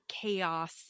chaos